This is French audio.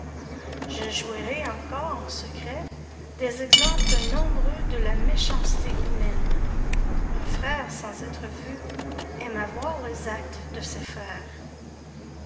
je jouirai encore en secret des exemples nombreux de la méchanceté humaine un frère sans être vu aime à voir les actes de ses frères